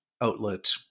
outlet